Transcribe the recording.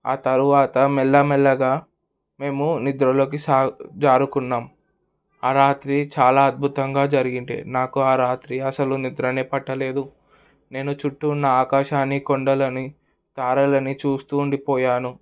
ఆ తరువాత మెల్లమెల్లగా మేము నిద్రలోకి జారుకున్నాం ఆ రాత్రి చాలా అద్భుతంగా జరిగింటే నాకు ఆ రాత్రి అసలు నిద్రనే పట్టలేదు నేను చుట్టూ ఉన్న ఆకాశాన్ని కొండలని తారలని చూస్తూ ఉండిపోయాను